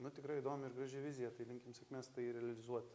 nu tikrai įdomi ir graži vizija tai linkim sėkmės tai realizuot